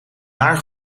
naar